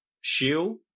shield